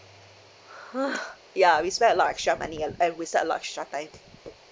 ya we spent a lot of extra money and and wasted a lot of extra time